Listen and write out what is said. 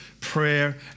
prayer